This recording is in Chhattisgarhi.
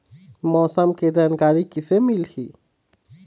मौसम के जानकारी किसे मिलही?